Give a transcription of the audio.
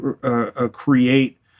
create